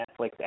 Netflix